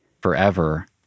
forever